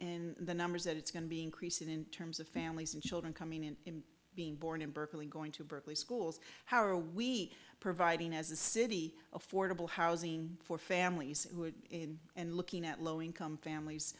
in the numbers and it's going to be increasing in terms of families and children coming in being born in berkeley going to berkeley schools how are we providing as a city affordable housing for families and looking at low income families